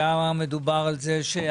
היה מדובר על זה שהעיקולים